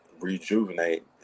rejuvenate